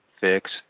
fix